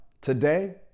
Today